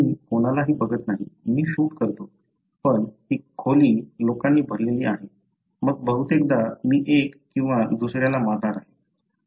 मी कोणालाही बघत नाही मी शूट करतो पण ही खोली लोकांनी भरलेली आहे मग बहुतेकदा मी एक किंवा दुसर्याला मारणार आहे